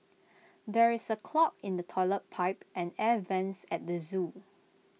there is A clog in the Toilet Pipe and air Vents at the Zoo